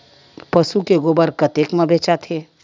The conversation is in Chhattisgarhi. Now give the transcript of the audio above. पशु के गोबर कतेक म बेचाथे?